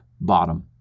bottom